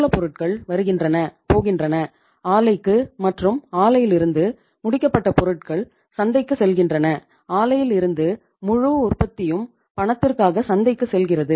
மூலப்பொருட்கள் வருகின்றன போகின்றன ஆலைக்கு மற்றும் ஆலையிலிருந்து முடிக்கப்பட்ட பொருட்கள் சந்தைக்குச் செல்கின்றன ஆலையில் இருந்து முழு உற்பத்தியும் பணத்திற்காக சந்தைக்குச் செல்கிறது